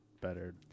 better